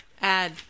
add